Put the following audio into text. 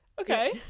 Okay